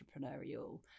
entrepreneurial